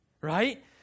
right